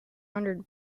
hundred